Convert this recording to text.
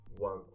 One